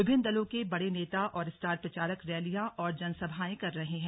विभिन्न दलों के बड़े नेता और स्टार प्रचारक रैलियां और जनसभाएं कर रहे हैं